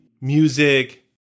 music